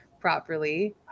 Properly